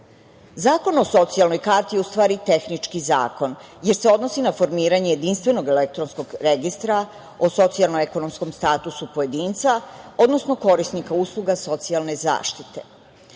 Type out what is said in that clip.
o socijalnoj karti je u stvari tehnički zakon, jer se odnosi na formiranje jedinstvenog elektronskog registra o socijalno ekonomskom statusu pojedinca, odnosno korisnika usluga socijalne zaštite.